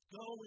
go